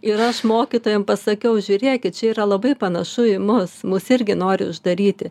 ir aš mokytojam pasakiau žiūrėkit čia yra labai panašu į mus mus irgi nori uždaryti